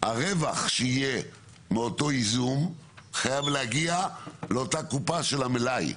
הרווח שיהיה מאותו איזון חייב להגיע לאותה קופה של המלאי.